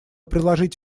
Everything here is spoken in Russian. приложить